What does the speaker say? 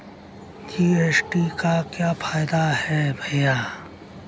GST का क्या फायदा है भैया?